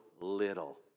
little